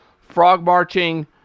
frog-marching